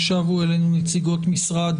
שבו אלינו נציגות משרד